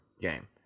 game